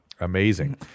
Amazing